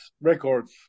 records